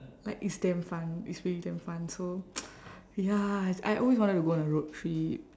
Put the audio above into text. like it's damn fun it's really damn fun so ya I always wanted to go on a road trip